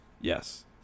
yes